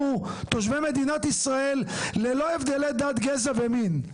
תושבי מדינת ישראל ללא הבדלי דת גזע ומין.